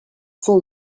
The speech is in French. cents